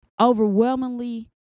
overwhelmingly